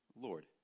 Lord